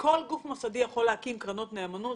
כל גוף מוסדי יכול להקים קרנות נאמנות,